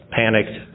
panicked